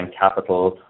capital